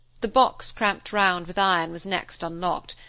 the box cramped round with iron was next unlocked.